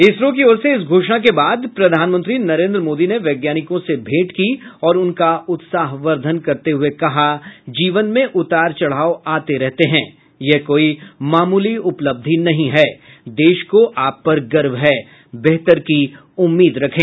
इसरो की ओर से इस घोषणा के बाद प्रधानमंत्री नरेंद्र मोदी ने वैज्ञानिकों से भेंट की और उनका उत्साहवर्धन करते हुए कहा जीवन में उतार चढ़ाव आते रहते हैं यह कोई मामूली उपलब्धि नहीं है देश को आप पर गर्व है बेहतर की उम्मीद रखें